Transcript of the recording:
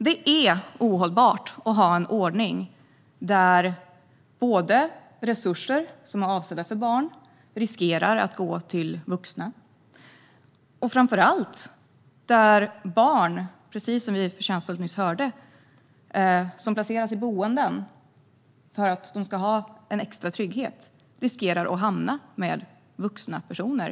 Det är ohållbart att ha en ordning där resurser som är avsedda för barn riskerar att gå till vuxna. Framför allt är det ohållbart att - som vi nyss hörde - barn som placeras i boenden för att de ska få extra trygghet riskerar att hamna med vuxna personer.